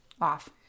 off